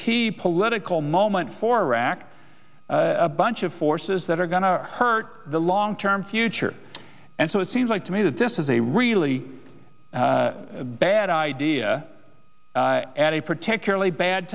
key political moment for rack a bunch of forces that are going to hurt the long term future and so it seems like to me that this is a really bad idea at a particularly bad